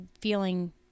feeling